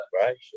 right